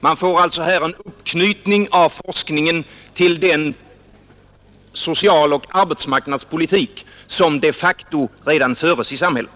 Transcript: Man får alltså här en uppknytning av forskningen till den socialoch arbetsmarknadspolitik som de facto redan föres i samhället.